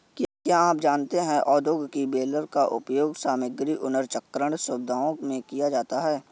क्या आप जानते है औद्योगिक बेलर का उपयोग सामग्री पुनर्चक्रण सुविधाओं में भी किया जाता है?